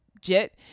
jet